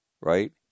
right